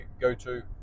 go-to